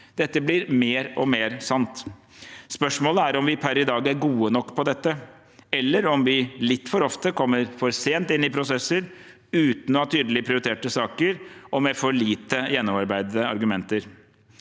Dette blir mer og mer sant. Spørsmålet er om vi per i dag er gode nok på dette, eller om vi litt for ofte kommer for sent inn i prosesser uten å ha tydelig prioriterte saker, og med for lite gjennomarbeidede argumenter.